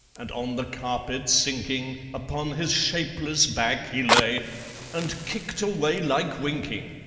and on the carpet sinking, upon his shapeless back he lay and kicked away like winking.